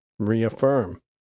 reaffirm